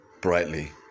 brightly